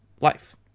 life